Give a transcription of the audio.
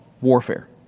warfare